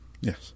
Yes